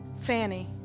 Fanny